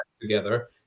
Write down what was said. together